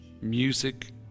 music